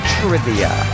Trivia